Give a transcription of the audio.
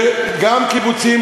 וגם קיבוצים,